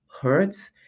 hurts